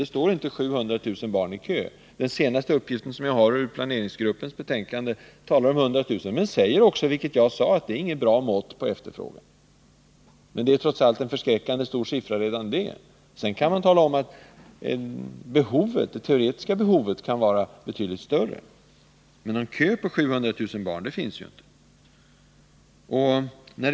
Det står inte 700 000 barn i kö. Enligt den senaste uppgiften, som jag hämtat ur planeringsgruppens betänkande, är det 100 000. Men man säger också — och det gjorde även jag — att detta inte är något bra mått på efterfrågan. Men det är trots allt en förskräckande hög siffra, redan det. Sedan kan man tala om att det teoretiska behovet kan vara betydligt större. Men någon kö på 700 000 barn finns det inte!